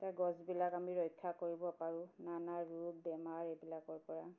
তাৰ গছবিলাক আমি ৰক্ষা কৰিব পাৰোঁ নানা ৰূপ বেমাৰ এইবিলাকৰ পৰা